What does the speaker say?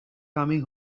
coming